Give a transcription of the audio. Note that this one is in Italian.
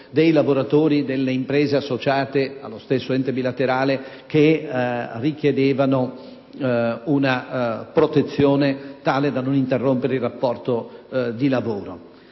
dei lavoratori delle imprese associate allo stesso ente bilaterale, che richiedevano una protezione tale da non interrompere il rapporto di lavoro.